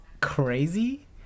crazy